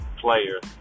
players